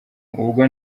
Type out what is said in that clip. ubwo